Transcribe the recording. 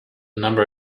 number